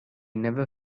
never